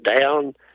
down